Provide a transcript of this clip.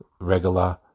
regular